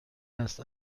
است